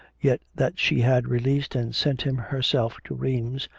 yet that she had released and sent him herself to rheims,